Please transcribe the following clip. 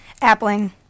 Appling